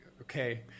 okay